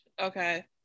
Okay